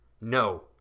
No